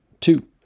Two